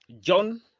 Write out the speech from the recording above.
John